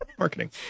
Marketing